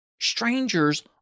strangers